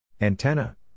Antenna